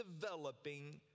developing